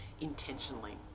intentionally